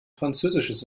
französisches